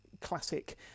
Classic